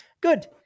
good